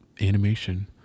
animation